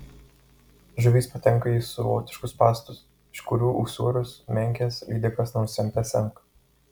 žuvys patenka į savotiškus spąstus iš kurių ūsorius menkes lydekas nors semte semk